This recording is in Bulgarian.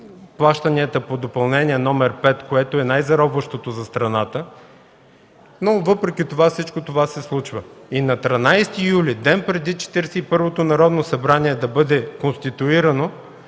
плащанията по Допълнение № 5, което е най-заробващото за страната, но въпреки това всичко това се случва и на 13 юли – ден преди Четиридесет и първото Народно събрание да бъде конституирано,